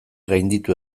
gainditu